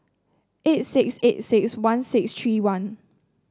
eight six eight six one six three one